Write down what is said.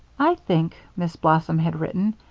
i think, miss blossom had written,